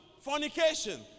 fornication